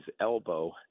elbow